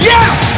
Yes